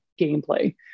gameplay